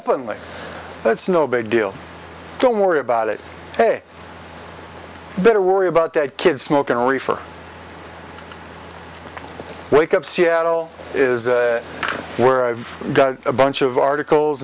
open like it's no big deal don't worry about it a bit or worry about that kid smoking reefer wake up seattle is where i've got a bunch of articles